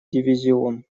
дивизион